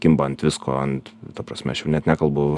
kimba ant visko ant ta prasme aš jau net nekalbu